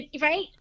right